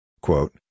Quote